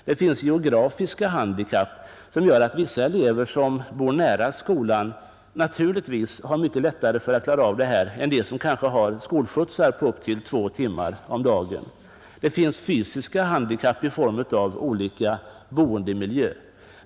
Det finns också geografiska handikapp, som gör att vissa elever som bor nära skolan har mycket lättare att klara av detta än dem som kanske har skolskjutsar på upp till två timmar om dagen. Det finns fysiska handikapp i form av olika boendemiljö.